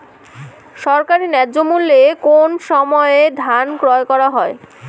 সরকারি ন্যায্য মূল্যে কোন সময় ধান ক্রয় করা হয়?